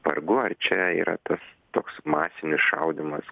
vargu ar čia yra tas toks masinis šaudymas